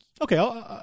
Okay